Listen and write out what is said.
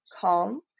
calm